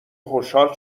خوشحال